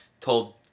told